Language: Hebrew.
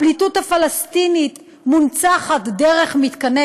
הפליטות הפלסטינית מונצחת דרך מתקני